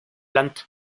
planta